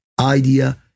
idea